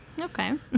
Okay